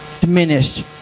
diminished